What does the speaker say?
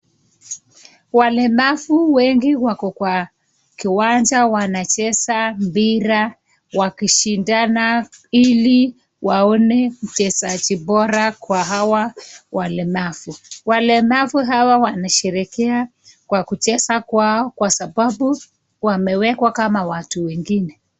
Walemavu wengi wako kwa kiwanja wanacheza mpira wakishindana ili waone mchezaji bora kwa hawa walemavu. Walemavu hawa wanasherekea kwa kucheza kwao kwa sababu wamewekwa kama watu wengine.